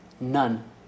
None